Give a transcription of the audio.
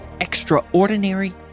Extraordinary